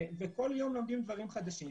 כל יום לומדים דברים חדשים,